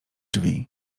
drzwi